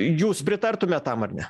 jūs pritartumėt tam ar ne